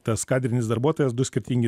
tas kadrinis darbuotojas du skirtingi